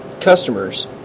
customers